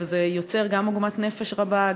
וזה יוצר גם עוגמת נפש רבה,